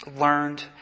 learned